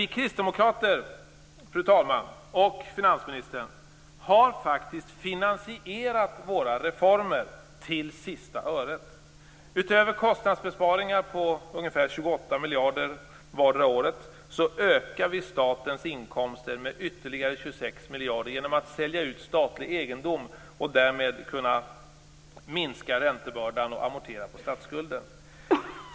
Fru talman! Finansministern! Vi kristdemokrater har finansierat våra reformer till sista öret. Utöver kostnadsbesparingar på ungefär 28 miljarder vardera året ökar vi statens inkomster med ytterligare 26 miljarder 1998 genom att sälja ut statlig egendom och därigenom minska räntebördan och amortera på statsskulden.